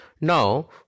Now